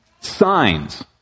signs